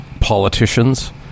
politicians